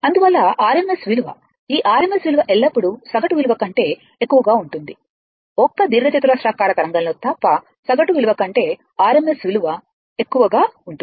అందువల్ల RMS విలువ ఈ RMS విలువ ఎల్లప్పుడూ సగటు విలువ కంటే ఎక్కువగా ఉంటుంది ఒక్క దీర్ఘచతురస్రాకార తరంగంలో తప్ప సగటు విలువ కంటే RMS విలువ విలువ ఎక్కువగా ఉంటుంది